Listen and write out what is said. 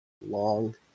long